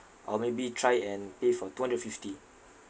I'll maybe try and pay for two hundred fifty